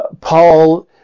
Paul